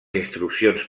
instruccions